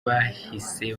bahise